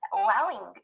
allowing